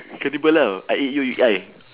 cannibal lah I eat you you eat I